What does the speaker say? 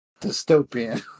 Dystopian